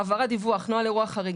העברת דיווח, נוהל אירוע חריג.